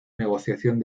negociación